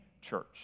church